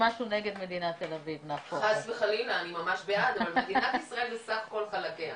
מדינת ישראל היא סך כל חלקיה.